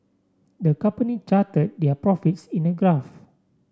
the company charted their profits in a graph